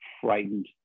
frightened